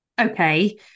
Okay